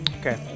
okay